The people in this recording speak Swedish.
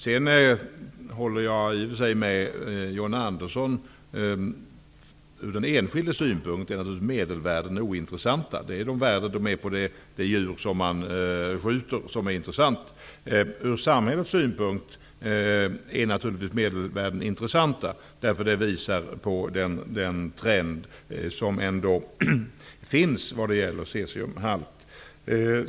Jag håller i och för sig med John Andersson om att medelvärden är ointressanta från den enskildes synpunkt. Det är värdena på de djur man skjuter som är intressanta. Från samhällets synpunkt är medelvärdena naturligtvis intressanta, därför att de visar den trend som ändå finns vad det gäller cesiumhalt.